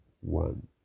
one